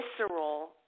visceral